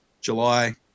July